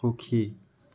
সুখী